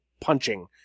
punching